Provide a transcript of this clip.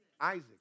Isaac